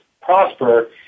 prosper